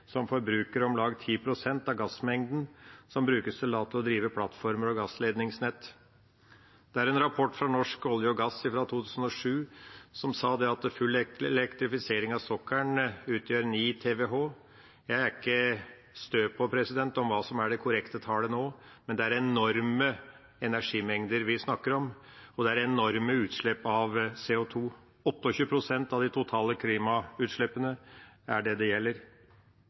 som forbruker om lag 10 pst. av gassmengden som brukes til alt fra å drive plattformer til gassledningsnett. En rapport fra Norsk olje og gass fra 2007 sa at full elektrifisering av sokkelen utgjør 9 TWh. Jeg er ikke stø på hva som er det korrekte tallet nå, men vi snakker om enorme energimengder og enorme utslipp av CO2 – 28 pst. av de totale klimautslippene er det det gjelder.